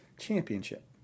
championship